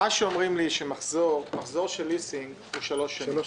אומרים לי שמחזור של ליסינג הוא שלוש שנים.